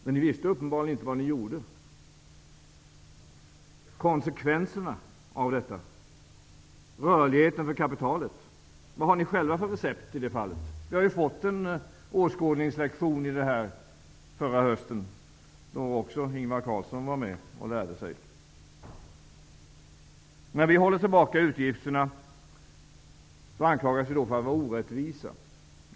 Men ni visste uppenbarligen inte vad ni gjorde. Konsekvenserna av detta, rörligheten för kapitalet -- vad har ni själva för recept i det fallet? Vi har ju fått en lektion med åskådningsexempel förra hösten, då också Ingvar Carlsson var med och lärde sig. När vi håller tillbaka utgifterna anklagas vi för att vara orättvisa.